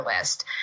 list